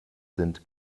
sind